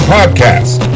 Podcast